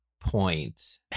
point